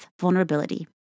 vulnerability